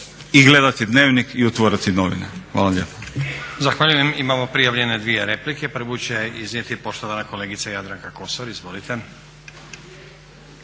i gledati Dnevnik i otvoriti novine. Hvala lijepo.